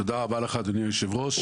תודה רבה לך, אדוני היושב-ראש.